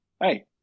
Hey